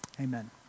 Amen